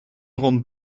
rond